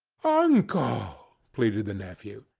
uncle! pleaded the nephew.